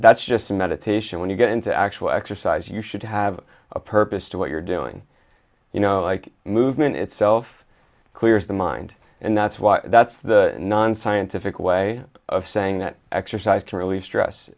that's just a meditation when you get into actual exercise you should have a purpose to what you're doing you know like movement itself clears the mind and that's why that's the nonscientific way of saying that exercise to relieve stress